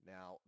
Now